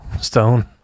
Stone